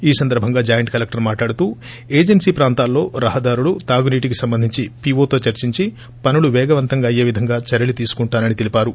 ఈ సందర్బంగా joint collector మాట్లాడుతూ ఏజెన్సీ వ్రాంతాల్లో రహదారులు తాగునీటికి సంబంధించి పీఓతో చర్చించి పనులు పేగవంతంగా అయ్యే విధంగా చర్యలు తీసుంటానని తెలిపారు